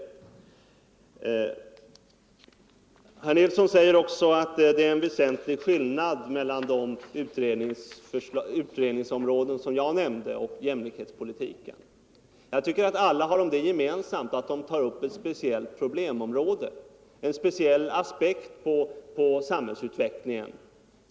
Slutligen sade herr Nilsson också att det är en väsentlig skillnad mellan de utredningar som jag nämnde och jämlikhetspolitiken. Jag tycker dock att alla har det gemensamt att de tar upp ett speciellt problemområde och anlägger en särskild aspekt på samhällsutvecklingen.